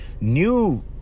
new